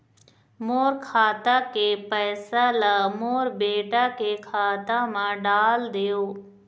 मोर खाता के पैसा ला मोर बेटा के खाता मा डाल देव?